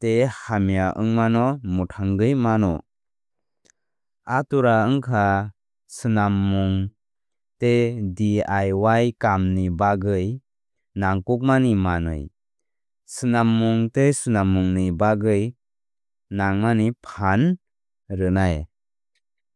tei hamya wngmano mwthangwi mano. Atora wngkha swnammung tei DIY kamni bagwi nangkukmani manwi swnammung tei swnammungni bagwi nangmani phan rwnai.